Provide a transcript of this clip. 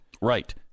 Right